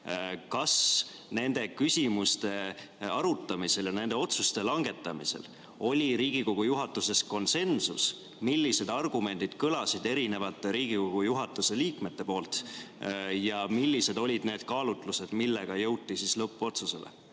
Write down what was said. kas nende küsimuste arutamisel ja nende otsuste langetamisel oli Riigikogu juhatuses konsensus? Millised argumendid kõlasid erinevatelt Riigikogu juhatuse liikmetelt? Millised olid need kaalutlused, millega jõuti lõppotsusele?